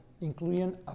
including